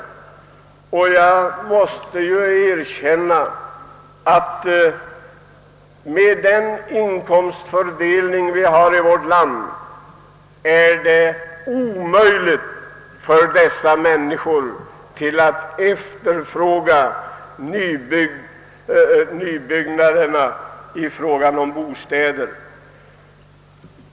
Med den inkomstfördelning vi har i vårt land är det helt enkelt omöjligt för dessa människor att efterfråga nybyggda bostäder.